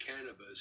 cannabis